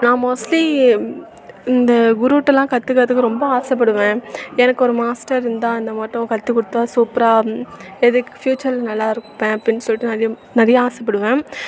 நான் மோஸ்ட்லி இந்த குருட்ட எல்லாம் கற்றுக்கறதுக்கு ரொம்ப ஆசைப்படுவேன் எனக்கு ஒரு மாஸ்டர் இருந்தால் அந்த மட்டும் கற்றுக் கொடுத்தா சூப்பராக எதுக்கு ஃபியூச்சரில் நல்லா இருப்பேன் அப்படின்னு சொல்லிட்டு நிறைய நிறைய ஆசைப்படுவேன்